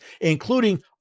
including